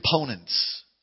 components